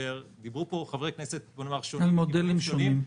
דיברו פה חברי כנסת שונים מכיוונים שונים -- על מודלים שונים.